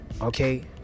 Okay